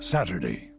Saturday